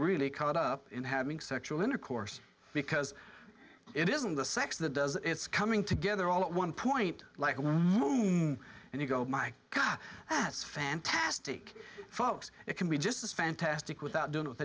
really caught up in having sexual intercourse because it isn't the sex that does it it's coming together all at one point like and you go my god that's fantastic folks it can be just as fantastic without doing with